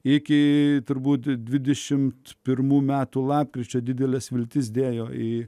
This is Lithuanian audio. iki turbūt dvidešim pirmų metų lapkričio dideles viltis dėjo į